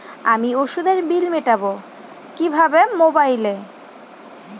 আমি ওষুধের বিল মেটাব কিভাবে মোবাইলে?